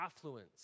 affluence